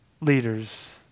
leaders